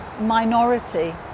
minority